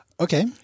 Okay